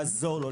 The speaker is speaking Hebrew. לעזור לו,